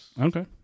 Okay